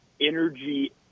energy